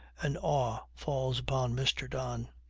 an awe falls upon mr. don.